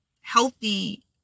healthy